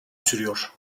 sürüyor